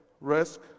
risk